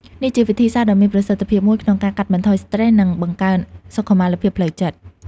នេះជាវិធីសាស្រ្តដ៏មានប្រសិទ្ធភាពមួយក្នុងការកាត់បន្ថយស្ត្រេស និងបង្កើនសុខុមាលភាពផ្លូវចិត្ត។